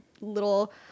little